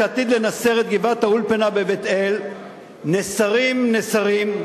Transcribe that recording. שעתיד לנסר את גבעת-האולפנה בבית-אל נסרים נסרים,